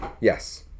Yes